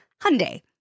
Hyundai